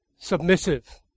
submissive